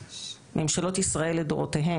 אם נשכיל לתמוך בהם ולשנות את המערכת.